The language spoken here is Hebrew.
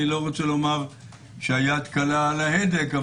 אני לא רוצה לומר שהיד קלה על ההדק,